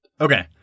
Okay